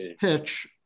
pitch